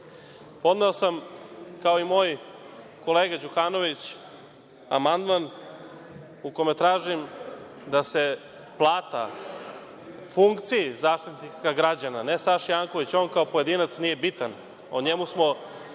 podneo sam, kao i moj kolega Đukanović, amandman u kome tražim da se plata funkciji Zastupnika građana, ne Saši Jankoviću, on kao pojedinac nije bitan, o njemu smo